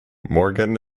morgan